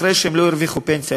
אחרי שהם לא הרוויחו פנסיה,